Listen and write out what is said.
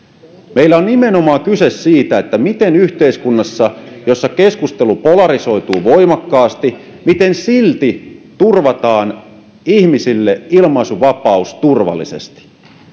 tässä on nimenomaan kyse siitä miten yhteiskunnassa jossa keskustelu polarisoituu voimakkaasti silti turvataan ihmisille ilmaisunvapaus turvallisesti